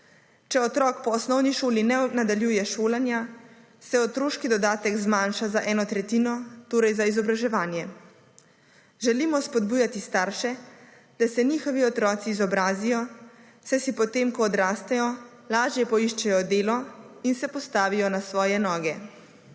Če otrok po osnovni šoli ne nadaljuje šolanja, se otroški dodatek zmanjša za eno tretjino, torej za izobraževanje. Želimo spodbujati starše, da se njihovi otroci izobrazijo, saj si potem ko odrastejo, lažje poiščejo delo in se postavijo na svoje noge.